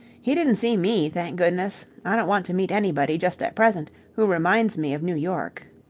he didn't see me, thank goodness. i don't want to meet anybody just at present who reminds me of new york.